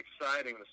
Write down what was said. exciting